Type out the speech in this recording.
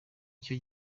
icyo